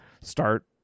start